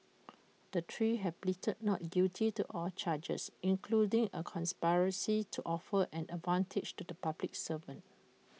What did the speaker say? the three have pleaded not guilty to all charges including A conspiracy to offer an advantage to the public servant